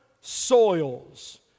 soils